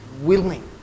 willing